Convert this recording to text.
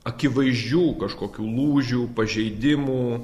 akivaizdžių kažkokių lūžių pažeidimų